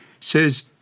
says